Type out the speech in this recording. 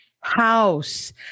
house